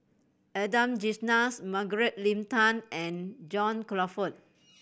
Adan Margaret Leng Tan and John Crawfurd